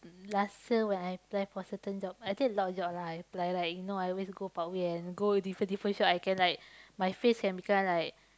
last year when I apply for certain job I take a lot of job right I apply like you know I always go parkway and go different different shop I can like my face and become like